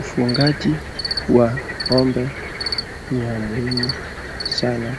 Ufugaji wa ng'ombe ni ya muhimu sana